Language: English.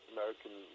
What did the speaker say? American